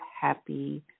happy